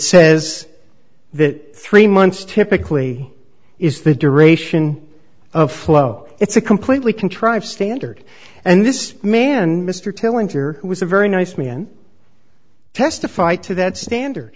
that three months typically is the duration of flow it's a completely contrived standard and this man mr tailings here was a very nice man testify to that standard